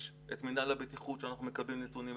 יש את מינהל הבטיחות שאנחנו מקבלים נתונים,